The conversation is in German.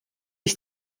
ich